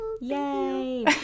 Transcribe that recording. Yay